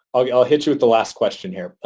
i'll hit you with the last question here.